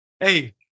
Hey